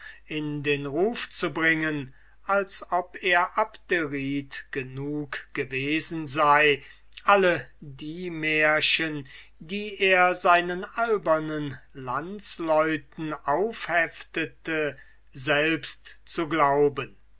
in den ruf zu bringen als ob er abderite genug gewesen wäre alle die märchen die er seinen albernen landesleuten aufheftete selbst zu glauben